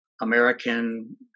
American